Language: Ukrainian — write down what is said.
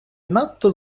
надто